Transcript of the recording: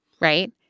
Right